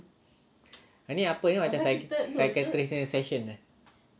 hari ni apa eh macam psychiatrist punya session eh